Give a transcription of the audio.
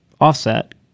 offset